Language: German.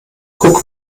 guck